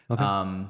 Okay